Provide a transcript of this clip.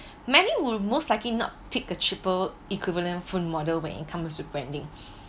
many will most likely not pick a cheaper equivalent phone model when it comes to branding